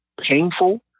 painful